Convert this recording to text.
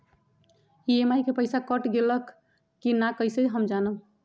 EMI के पईसा cut गेलक कि ना कइसे हम जानब?